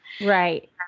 right